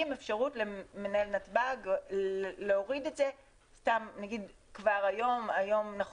עם אפשרות למנהל נתב"ג להוריד את זה במקרה כמו היום למשל,